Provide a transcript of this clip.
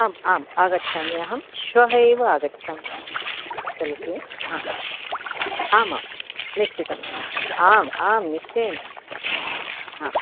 आम् आम् आगच्छामि अहं श्वः एव आगच्छामि चलति न हा आमां निश्चितमस्ति आम् आं निश्वयेन आ